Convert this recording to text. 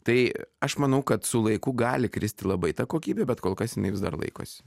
tai aš manau kad su laiku gali kristi labai ta kokybė bet kol kas jinai vis dar laikosi